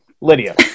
Lydia